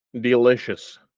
delicious